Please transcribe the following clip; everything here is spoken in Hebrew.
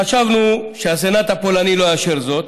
חשבנו שהסנאט הפולני לא יאשר זאת,